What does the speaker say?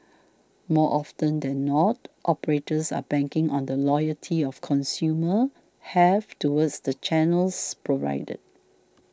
more often than not operators are banking on the loyalty of consumers have towards the channels provided